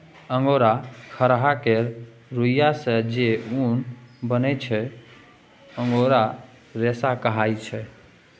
angora खरहा केर रुइयाँ सँ जे उन बनै छै अंगोरा रेशा कहाइ छै